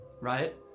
right